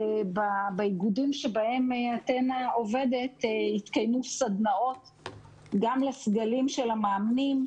באיגודים שבהם "אתנה" עובדת התקיימו סדנאות גם לסגלים של המאמנים,